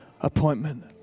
appointment